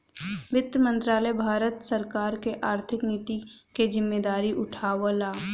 वित्त मंत्री भारत सरकार क आर्थिक नीति क जिम्मेदारी उठावला